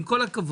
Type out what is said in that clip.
עם כל הכבוד,